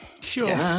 Sure